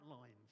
lines